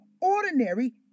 ordinary